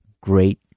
great